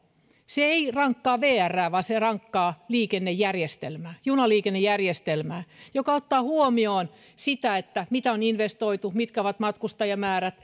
se ei rankkaa vrää vaan se rankkaa liikennejärjestelmää junaliikennejärjestelmää ottaa huomioon sitä mitä on investoitu mitkä ovat matkustajamäärät